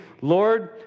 Lord